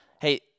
hey